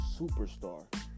superstar